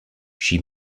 she